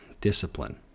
discipline